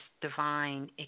divine